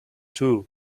too